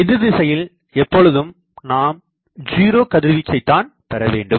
எதிர்திசையில் எப்பொழுதும் நாம் ஜீரோ கதிர்வீச்சை தான் பெறவேண்டும்